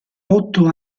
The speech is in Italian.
otto